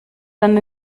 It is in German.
dann